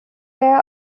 there